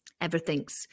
everything's